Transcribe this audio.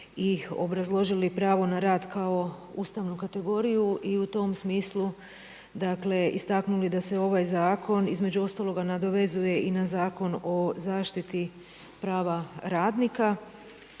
i obrazložili pravo na rad kao ustavnu kategoriju i u tom smislu dakle istaknuli da se ovaj zakon između ostaloga nadovezuje i na Zakon o zaštiti prava radnika